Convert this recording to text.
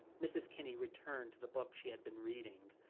mrs. kinney returned to the book she had been reading,